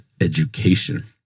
education